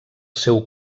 seu